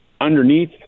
underneath